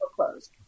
closed